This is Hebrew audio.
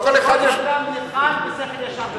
כל אחד ניחן בשכל ישר.